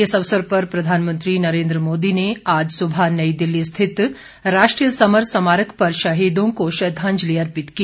इस अवसर पर प्रधानमंत्री नरेंद्र मोदी ने आज सुबह नई दिल्ली स्थित राष्ट्रीय समर स्मारक पर शहीदों को श्रद्वांजलि अर्पित की